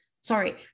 sorry